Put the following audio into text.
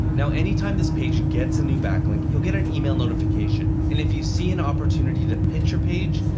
now, any time this page gets a new backlink, you'll get an email notification. and if you see an opportunity to pitch your page,